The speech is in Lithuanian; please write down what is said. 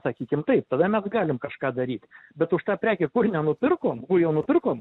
sakykim taip tada mes galim kažką daryt bet už tą prekę kur nenupirkom kur jau nupirkom